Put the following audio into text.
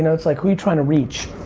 it's like, who are you trying to reach?